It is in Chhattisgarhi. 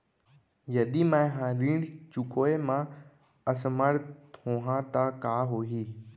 यदि मैं ह ऋण चुकोय म असमर्थ होहा त का होही?